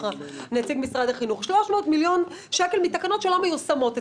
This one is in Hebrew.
נציג משרד החינוך מתקנות שלא מיושמות אצלכם.